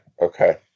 Okay